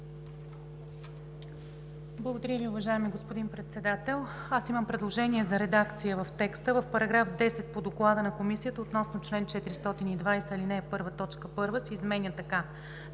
Благодаря Ви, уважаеми господин Председател. Имам предложение за редакция в текста: „В § 10 по Доклада на Комисията относно чл. 420, ал. 1 т. 1 се изменя така: